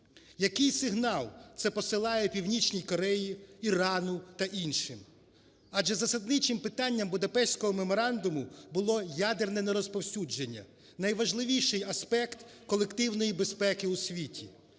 Який сигнал це посилає Північній Кореї, Ірану та іншим? Адже засадничим питанням Будапештського меморандуму було ядерне нерозповсюдження – найважливіший аспект колективної безпеки у світі.